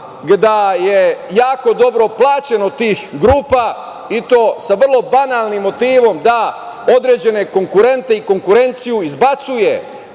grupama, jako dobro je plaćen od tih grupa i to sa vrlo banalnim motivom - da određene konkurente i konkurenciju izbacuje.